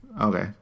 okay